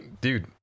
dude